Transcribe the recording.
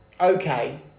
okay